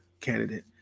candidate